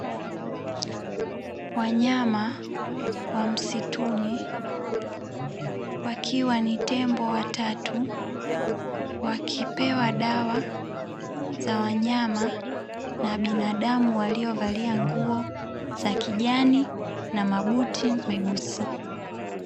Wanyama wa msituni wakiwa ni tembo watatu wakipewa dawa za wanyama na binadamu waliovalia nguo za kijani na mabuti meusi.